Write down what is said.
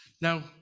Now